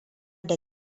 da